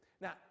Now